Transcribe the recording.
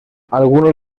algunos